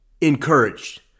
encouraged